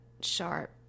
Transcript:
sharp